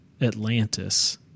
Atlantis